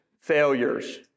failures